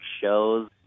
shows